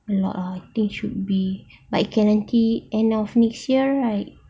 a lot ah I think should be but guarantee end of the next year like